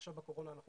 עכשיו בקורונה אנחנו